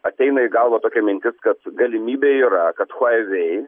ateina į galvą tokia mintis kad galimybė yra kad chuaivei